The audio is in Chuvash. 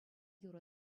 юрӑ